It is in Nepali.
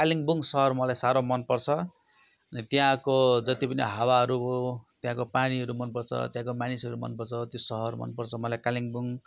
कालिम्पोङ सहर मलाई साह्रो मनपर्छ त्यहाँको जति पनि हावाहरू भयो त्यहाँको पानीहरू मनपर्छ त्यहाँको मानिसहरू मनपर्छ त्यो सहर मनपर्छ मलाई कालिम्पोङ